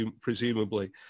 presumably